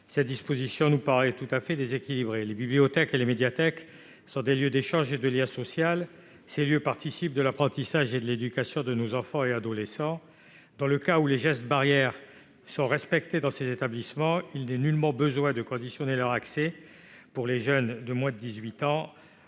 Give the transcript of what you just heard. Cette disposition nous paraît tout à fait déséquilibrée. Les bibliothèques et les médiathèques sont des lieux d'échange et de lien social. Ces lieux concourent à l'apprentissage et à l'éducation de nos enfants et adolescents. Si les gestes barrières sont respectés dans ces établissements, il n'est nullement besoin d'en subordonner l'accès à la présentation d'un